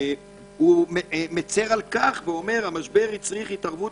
הוא מצר על כך ואומר: המשבר הצריך התערבות